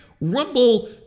rumble